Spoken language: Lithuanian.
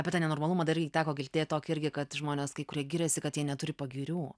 apie tą nenormalumą dar irgi teko girdėt tokį irgi kad žmonės kai kurie giriasi kad jie neturi pagirių